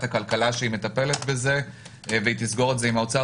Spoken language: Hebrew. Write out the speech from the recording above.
הכלכלה שהיא מטפלת בזה ותסגור את זה עם האוצר.